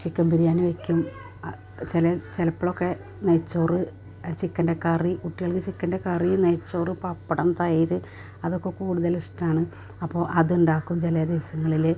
chicken biryani വെക്കും ചില ചിലപ്പോഴൊക്കെ നെയ്ച്ചോറ് ചിക്കൻ്റെ കറി കുട്ടികൾക്കു ചിക്കൻ്റെ കറി നെയ്ച്ചോറ് പപ്പടം തൈര് അതൊക്കെ കൂടുതലിഷ്ടമാണ് അപ്പോൾ അതുണ്ടാക്കും ചില ദിവസങ്ങളിൽ